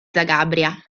zagabria